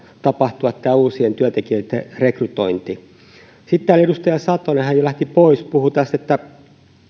tapahtua tämä uusien työntekijöitten rekrytointi sitten täällä edustaja satonen hän jo lähti pois puhui että